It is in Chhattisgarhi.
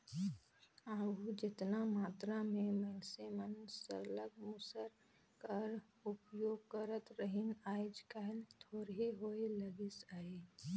आघु जेतना मातरा में मइनसे मन सरलग मूसर कर उपियोग करत रहिन आएज काएल थोरहें होए लगिस अहे